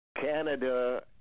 Canada